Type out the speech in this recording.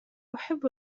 أحب